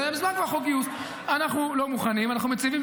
אז היה כבר מזמן חוק גיוס.